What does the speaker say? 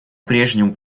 прежнему